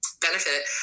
benefit